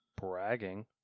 Bragging